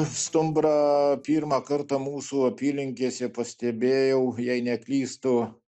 stumbrą pyrmą kartą mūsų apylinkėse pastebėjau jei neklystu